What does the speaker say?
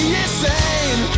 insane